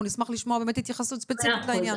נשמח לשמוע באמת התייחסות ספציפית לעניין.